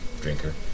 drinker